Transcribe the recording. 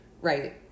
Right